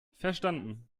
verstanden